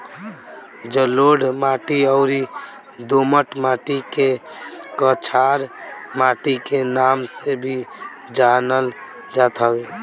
जलोढ़ माटी अउरी दोमट माटी के कछार माटी के नाम से भी जानल जात हवे